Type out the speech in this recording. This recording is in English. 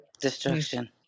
destruction